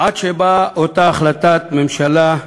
עד שבאה אותה החלטת ממשלה,